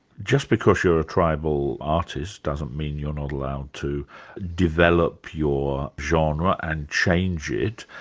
just because you're a tribal artist doesn't mean you're not allowed to develop your genre and change it,